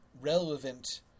relevant